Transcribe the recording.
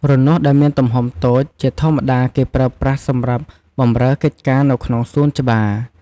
រនាស់ដែលមានទំហំតូច ជាធម្មតាគេប្រើសម្រាប់បម្រើកិច្ចការនៅក្នុងសួនច្បារ។